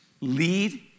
lead